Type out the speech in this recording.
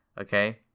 Okay